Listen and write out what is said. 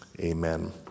Amen